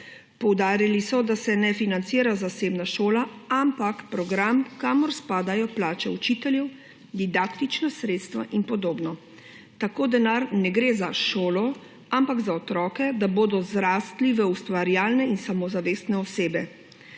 Poudarili so, da se ne financira zasebna šola, ampak program, kamor spadajo plače učiteljev, didaktična sredstva in podobno. Tako denar ne gre za šolo, ampak za otroke, da bodo zrastli v ustvarjalne in samozavestne osebe.